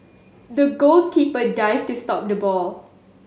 the goalkeeper dived to stop the ball